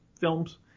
films